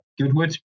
Goodwood